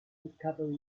discovery